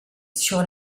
sur